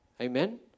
Amen